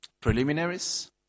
preliminaries